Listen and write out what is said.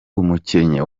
umukinnyi